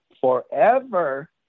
forever